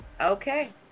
Okay